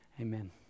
amen